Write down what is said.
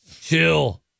Chill